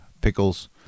pickles